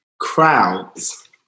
crowds